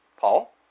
Paul